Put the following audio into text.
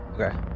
Okay